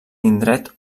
indret